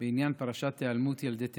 בעניין פרשת היעלמות ילדי תימן.